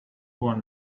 one